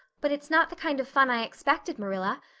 but it's not the kind of fun i expected, marilla.